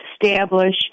establish